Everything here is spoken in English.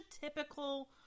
typical